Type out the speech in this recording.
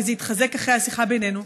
וזה התחזק אחרי השיחה בינינו,